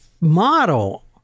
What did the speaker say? model